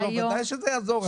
בוודאי שזה יעזור, את יודעת.